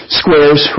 squares